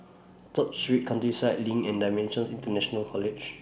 Third Street Countryside LINK and DImensions International College